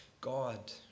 God